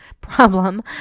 problem